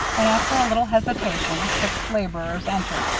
and after a little hesitation, six laborers entered,